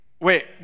Wait